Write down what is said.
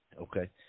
Okay